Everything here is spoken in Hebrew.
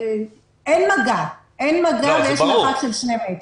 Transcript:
אין מגע ויש מרחק של שני מטר.